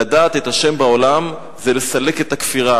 לדעת את ה' בעולם זה לסלק את הכפירה.